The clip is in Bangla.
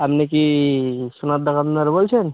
আমনি কি সোনার দোকানদার বলছেন